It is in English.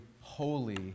holy